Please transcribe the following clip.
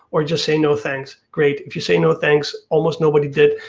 or just say no thanks. great, if you say no thanks, almost nobody did,